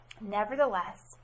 Nevertheless